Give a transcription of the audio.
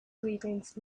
greetings